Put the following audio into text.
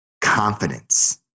confidence